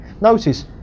Notice